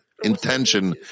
intention